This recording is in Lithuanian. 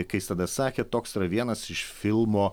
kai jis tada sakė toks yra vienas iš filmo